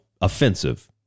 offensive